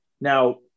now